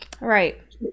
right